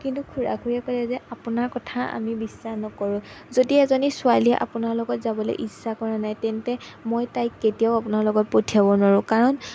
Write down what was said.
কিন্তু খুৰা খুৰীয়ে ক'লে যে আপোনাৰ কথা আমি বিশ্বাস নকৰোঁ যদি এজনী ছোৱালীয়ে আপোনাৰ লগত যাবলৈ ইচ্ছা কৰা নাই তেন্তে মই তাইক কেতিয়াও আপোনাৰ লগত পঠিয়াব নোৱাৰোঁ কাৰণ